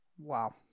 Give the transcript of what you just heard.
Wow